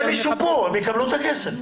אז הם ישופו, יקבלו את הכסף.